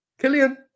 Killian